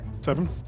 Seven